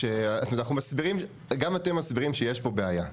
זאת אומרת גם אתם מסבירים שיש פה בעיה,